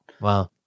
Wow